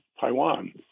Taiwan